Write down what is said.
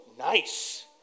Nice